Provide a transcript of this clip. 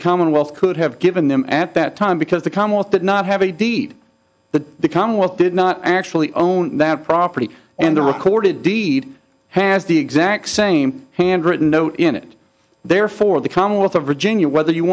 the commonwealth could have given them at that time because the comment did not have a deed but the commonwealth did not actually own that property and the recorded deed has the exact same handwritten note in it therefore the commonwealth of virginia whether you